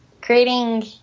creating